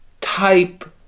type